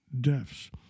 deaths